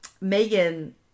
Megan